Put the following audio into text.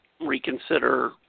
reconsider